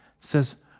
says